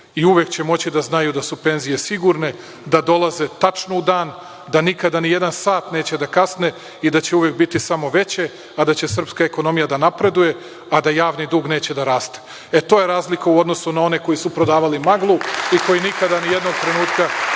i uvek će moći da znaju da su penzije sigurne, da dolaze tačno u dan, da nikada ni jedan sat neće da kasne i da će uvek biti samo veće, a da će srpska ekonomija da napreduje, a da javni dug neće da raste. E, to je razlika u odnosu na one koji su prodavali maglu i koji nikada, nijednog trenutka